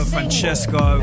Francesco